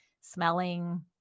smelling